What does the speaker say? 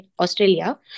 Australia